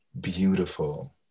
beautiful